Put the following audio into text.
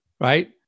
right